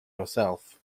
yourself